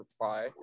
reply